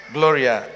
Gloria